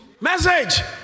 Message